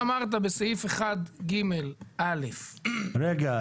ברגע שאמרת בסעיף 1ג(א) --- רגע,